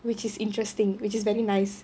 which is interesting which is very nice